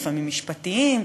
לפעמים משפטיים,